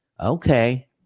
Okay